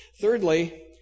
Thirdly